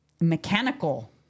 mechanical